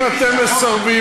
אם אתם מסרבים,